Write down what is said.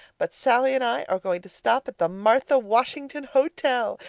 but sallie and i are going to stop at the martha washington hotel.